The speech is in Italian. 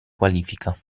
qualifica